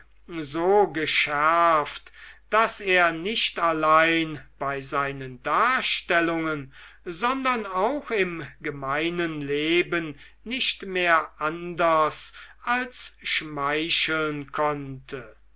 so geschärft daß er nicht allein bei seinen darstellungen sondern auch im gemeinen leben nicht mehr anders als schmeicheln konnte